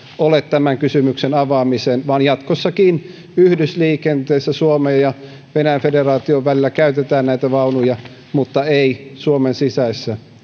ole tämän kysymyksen avaamiseen vaan jatkossakin yhdysliikenteessä suomen ja venäjän federaation välillä käytetään näitä vaunuja mutta ei suomen sisäisessä